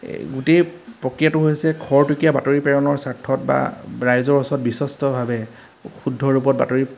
এই গোটেই প্ৰক্ৰিয়াটো হৈছে খৰতকীয়া বাতৰি প্ৰেৰণৰ স্বাৰ্থত বা ৰাইজৰ ওচৰত বিশ্বস্তভাৱে শুদ্ধ ৰূপত বাতৰি